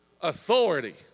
authority